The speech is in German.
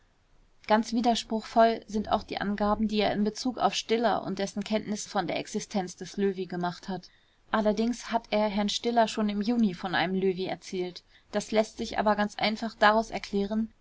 ganz widerspruchsvoll sind auch die angaben die er in bezug auf stiller und dessen kenntnis von der existenz des löwy gemacht hat allerdings hat er herrn stiller schon im juni von einem löwy erzählt das läßt sich aber ganz einfach daraus erklären